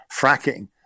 fracking